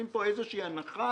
הצבעה בעד, פה אחד הרוויזיה